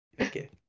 okay